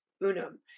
unum